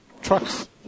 trucks